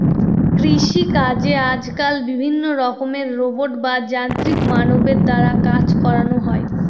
কৃষিকাজে আজকাল বিভিন্ন রকমের রোবট বা যান্ত্রিক মানবের দ্বারা কাজ করানো হয়